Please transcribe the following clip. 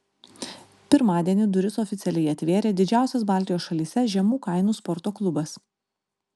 pirmadienį duris oficialiai atvėrė didžiausias baltijos šalyse žemų kainų sporto klubas